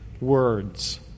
words